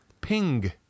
Ping